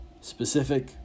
Specific